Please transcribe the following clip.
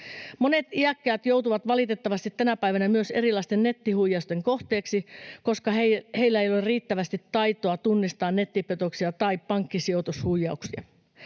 Monet iäkkäät joutuvat valitettavasti tänä päivänä myös erilaisten nettihuijausten kohteeksi, koska heillä ei ole riittävästi taitoa tunnistaa nettipetoksia tai pankkisijoitushuijauksia.